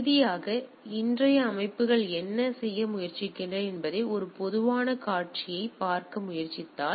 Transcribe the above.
இறுதியாக இன்றைய அமைப்புகள் என்ன செய்ய முயற்சிக்கின்றன என்பதை ஒரு பொதுவான காட்சியைப் பார்க்க முயற்சித்தால்